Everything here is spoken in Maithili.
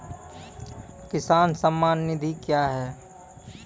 किसान सम्मान निधि क्या हैं?